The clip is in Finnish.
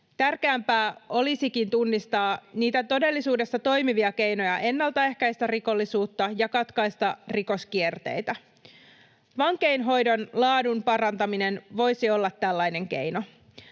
Tärkeämpää olisikin tunnistaa niitä todellisuudessa toimivia keinoja ennaltaehkäistä rikollisuutta ja katkaista rikoskierteitä. Vankeinhoidon laadun parantaminen voisi olla tällainen keino.